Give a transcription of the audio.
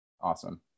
Awesome